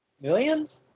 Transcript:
Millions